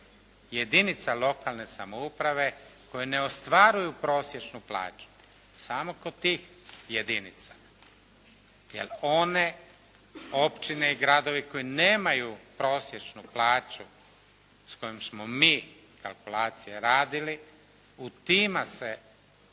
jedinica lokalne samouprave koji ne ostvaruju prosječnu plaću, samo kod tih jedinica. Jer one općine i gradovi koji nemaju prosječnu plaću s kojom smo mi kalkulacije radili u tima se osjeća